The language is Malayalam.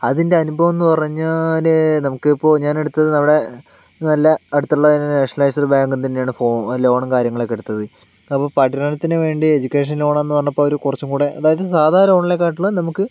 അതിൻ്റെ അനുഭവമെന്ന് പറഞ്ഞാല് നമുക്കിപ്പോൾ ഞാൻ എടുത്തത് നമ്മുടെ നല്ല അടുത്തുള്ള ഒരു നാഷണലൈസ്ഡ് ബാങ്കിൽ തന്നെയാണ് ഫോ ലോണും കാര്യങ്ങളൊക്കെ എടുത്തത് അപ്പോൾ പഠനത്തിന് വേണ്ടി എഡ്യൂക്കേഷൻ ലോൺ എന്ന് പറഞ്ഞപ്പോൾ അവര് കുറച്ചും കൂടെ അതായത് സാധാ ലോണിനെക്കാട്ടിലും നമുക്ക്